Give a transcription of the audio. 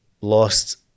lost